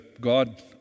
God